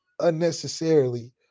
unnecessarily